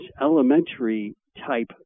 elementary-type